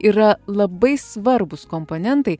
yra labai svarbūs komponentai